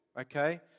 okay